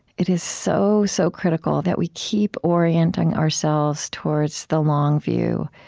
it is so, so critical that we keep orienting ourselves towards the long view,